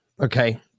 Okay